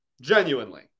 Genuinely